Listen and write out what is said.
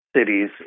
cities